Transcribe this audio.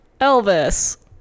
Elvis